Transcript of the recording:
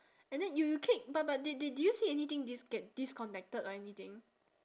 and then you you keep but but did did did you see anything dis~ get disconnected or anything